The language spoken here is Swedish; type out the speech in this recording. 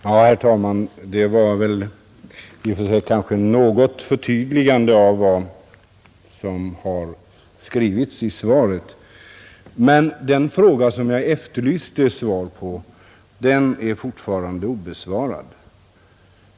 Herr talman! Vad statsrådet Aspling sade i sitt senaste anförande innebar i någon mån ett förtydligande av vad som har skrivits i svaret. Den fråga som jag efterlyste svar på är emellertid fortfarande obesvarad.